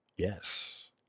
Yes